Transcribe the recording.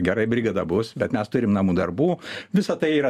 gerai brigada bus bet mes turim namų darbų visa tai yra